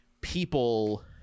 people